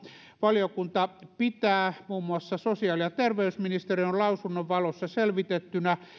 valiokunta pitää muun muassa sosiaali ja terveysministeriön lausunnon valossa selvitettynä